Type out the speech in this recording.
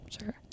Sure